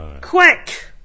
Quick